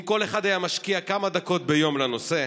אם כל אחד היה משקיע כמה דקות ביום לנושא,